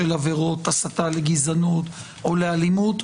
של עבירות הסתה לגזענות או לאלימות,